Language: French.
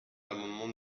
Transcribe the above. l’amendement